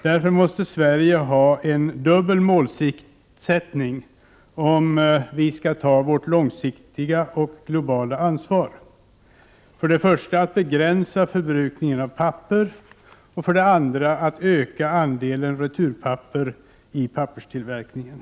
Därför måste vi i Sverige, om vi skall ta vårt långsiktiga ansvar, ha målsättningen att dels begränsa förbrukningen av papper, dels öka andelen returpapper i papperstillverkningen.